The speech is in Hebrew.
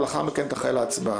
ולאחר מכן תחל ההצבעה.